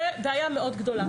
זו בעיה מאוד גדולה.